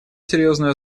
серьезную